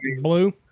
blue